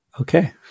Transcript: Okay